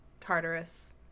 Tartarus